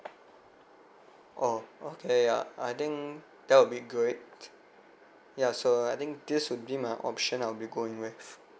oh okay ya I think that will be great ya so I think this would be my option I'll be going with